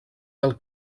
del